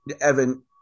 Evan